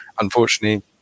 Unfortunately